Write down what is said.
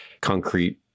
concrete